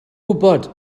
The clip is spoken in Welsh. gwybod